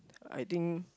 I think